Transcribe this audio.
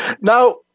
Now